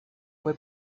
fue